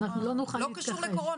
נכון, זה לא קשור לקורונה,